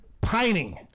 pining